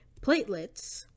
Platelets